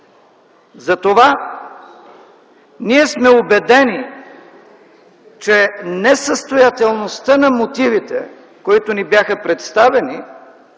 Затова ние сме убедени, че несъстоятелността на мотивите, които ни бяха представени,